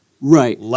Right